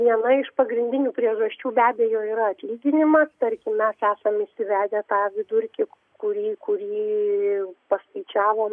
viena iš pagrindinių priežasčių be abejo yra atlyginimas tarkim mes esam įsivedę tą vidurkį kurį kurį paskaičiavom